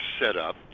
setup